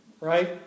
right